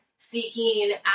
seeking